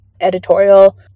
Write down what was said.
editorial